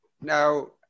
now